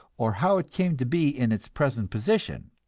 or how it came to be in its present position,